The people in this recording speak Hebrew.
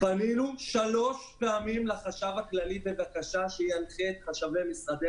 פנינו לחשב הכללי שלוש פעמים בבקשה שינחה את חשבי משרדי